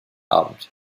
abend